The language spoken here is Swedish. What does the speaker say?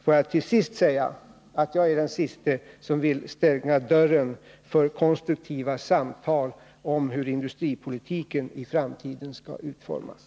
Får jag till slut säga att jag är den siste som vill stänga dörren för konstruktiva samtal om hur industripolitiken i framtiden skall utformas.